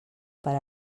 per